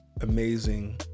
amazing